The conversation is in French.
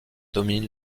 domine